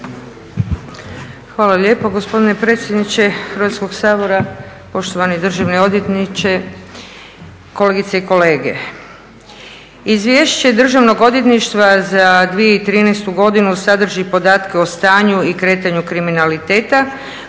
Hvala lijepo gospodine predsjedniče Hrvatskog sabora. Poštovani državni odvjetniče, kolegice i kolege. Izvješće Državnog odvjetništva za 2013. godinu sadrži podatke o stanju i kretanju kriminaliteta,